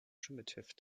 primitive